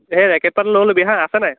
এই ৰেকেটপাটো লৈ ল'বি হা আছে নাই